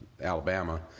Alabama